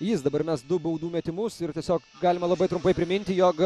jis dabar mes du baudų metimus ir tiesiog galima labai trumpai priminti jog